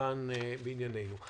כאן בענייננו.